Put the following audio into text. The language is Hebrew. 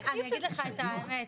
אני אגיד לך את האמת,